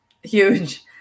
huge